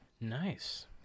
Nice